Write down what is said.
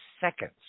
seconds